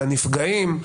על הנפגעים,